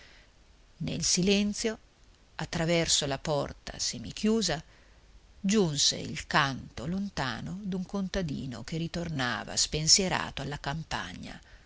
nel silenzio attraverso la porta semichiusa giunse il canto lontano d'un contadino che ritornava spensierato alla campagna